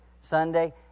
Sunday